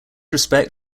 respect